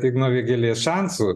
igno vėgėlės šansų